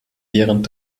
während